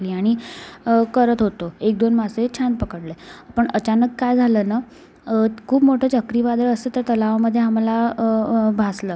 आणि करत होतो एक दोन मासे छान पकडले पण अचानक काय झालं ना खूप मोठं चक्रीवादळ असं त्या तलावामध्ये आम्हाला भासलं